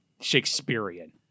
Shakespearean